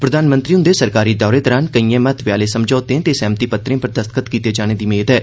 प्रधानमंत्री हंदे सरकारी दौरे दौरान केइयें महत्वै आहले समझौते ते सैहमति पत्तरें पर दस्तख्त कीते जाने दी मेद ऐ